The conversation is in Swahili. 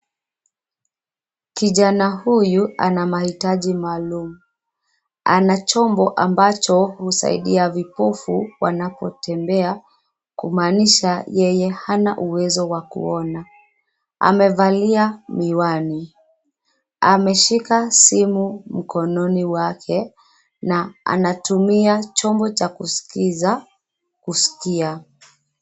Kijana huyu ana mahitaji maalum, ana chombo ambacho husaidia vipofu wanapotembea kumaanisha yeye hana uwezo wa kuona. Amevalia miwani, ameshika simu mkononi mwake, na anatumia chombo cha kusikiza kuskia.